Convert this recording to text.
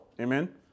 Amen